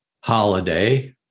holiday